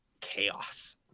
chaos